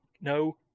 no